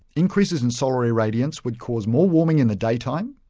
increases in solar irradiance would cause more warming in the daytime,